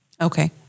Okay